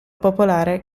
popolare